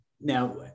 Now